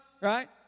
right